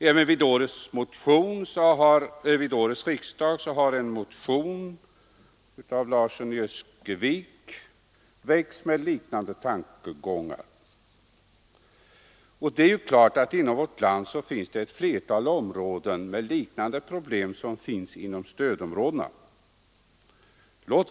Även vid årets riksdag har en motion med liknande tankegångar väckts av herr Larsson i Öskevik. Inom vårt land finns ett flertal områden med liknande problem som inom stödområdet.